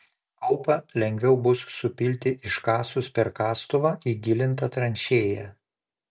kaupą lengviau bus supilti iškasus per kastuvą įgilintą tranšėją